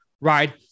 Right